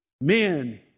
Men